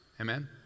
Amen